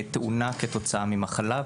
תאונה כתוצאה ממחלה,